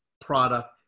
product